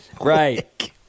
right